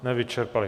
Nevyčerpali.